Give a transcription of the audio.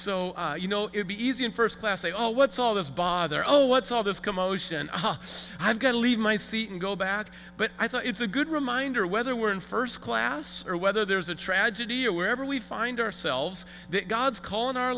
so you know it be easy in first class they all what's all this bother over what's all this commotion ah yes i've got to leave my seat and go back but i thought it's a good reminder whether we're in first class or whether there's a tragedy or wherever we find ourselves that god's call in our